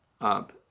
up